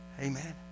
Amen